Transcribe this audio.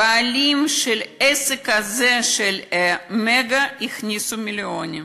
הבעלים של העסק הזה, של "מגה", הכניסו מיליונים,